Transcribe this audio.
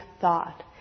thought